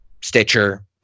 Stitcher